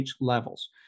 levels